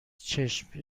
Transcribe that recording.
چشم